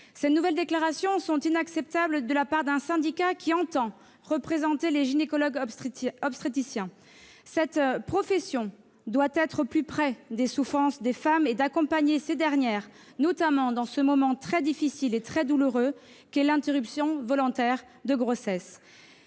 Ces nouvelles déclarations sont inacceptables de la part d'un syndicat qui entend représenter les gynécologues-obstétriciens. Cette profession doit être au plus près des souffrances des femmes et accompagner ces dernières, notamment dans ce moment très difficile et très douloureux qu'est l'interruption volontaire de grossesse.